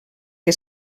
que